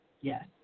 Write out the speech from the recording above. Yes